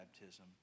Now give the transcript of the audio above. baptism